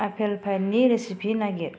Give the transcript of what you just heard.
apple पाइनि recipe नागिर